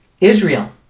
Israel